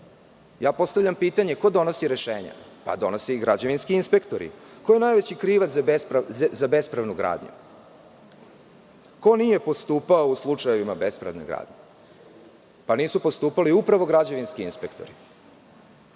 Postavljam pitanje – ko donosi rešenja? Donose ih građevinski inspektori. Ko je najveći krivac za bespravnu gradnju? Ko nije postupao u slučajevima bespravne gradnje? Nisu postupali upravno građevinski inspektori.